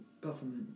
government